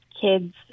kids